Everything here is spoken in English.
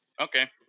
Okay